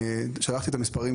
שלחתי את המספרים,